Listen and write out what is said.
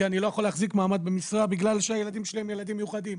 כי אני לא יכול להחזיק מעמד במשרה בגלל שהילדים שלי הם ילדים מיוחדים.